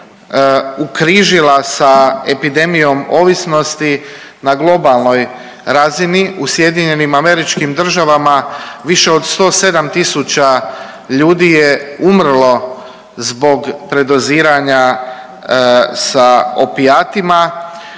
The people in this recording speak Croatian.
ukrižila sa epidemijom ovisnosti na globalnoj razini u Sjedinjenim Američkim Državama više od 107000 ljudi je umrlo zbog predoziranja sa opijatima.